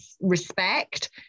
respect